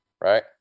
right